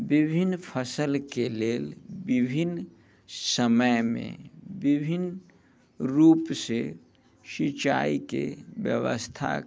विभिन्न फसलके लेल विभिन्न समयमे विभिन्न रूपसे सिंचाइके व्यवस्था